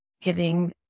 giving